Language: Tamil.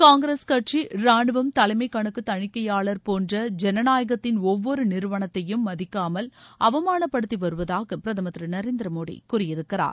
காங்கிரஸ் கட்சி ரானுவம் தலைமை கணக்கு தணிக்கையாளர் போன்ற ஜனநாயகத்தின் ஒவ்வொரு நிறுவனத்தையும் மதிக்காமல் அவமானப்படுத்தி வருவதாக பிரதமர் திரு நரேந்திர மோடி கூறியிருக்கிறார்